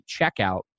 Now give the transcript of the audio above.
checkout